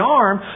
arm